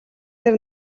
дээр